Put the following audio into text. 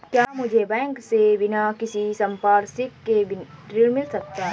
क्या मुझे बैंक से बिना किसी संपार्श्विक के ऋण मिल सकता है?